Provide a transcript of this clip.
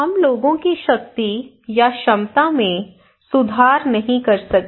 हम लोगों की शक्ति या क्षमता में सुधार नहीं कर सके